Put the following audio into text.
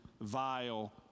vile